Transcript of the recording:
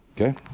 Okay